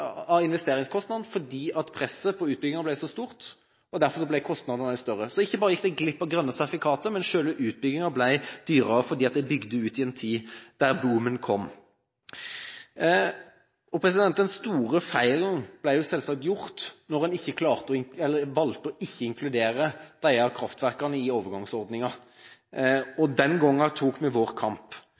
stort, og derfor ble kostnadene også større. Så ikke bare gikk de glipp av grønne sertifikater, men selve utbyggingen ble dyrere fordi de bygde ut i en tid da boomen kom. Den store feilen var jo selvsagt at en ikke valgte å inkludere disse kraftverkene i overgangsordningen, og den gangen tok vi vår kamp.